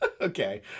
Okay